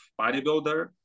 bodybuilder